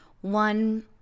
one